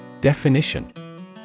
Definition